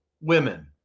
women